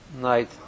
night